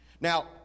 Now